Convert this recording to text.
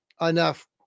enough